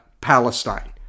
Palestine